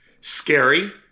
scary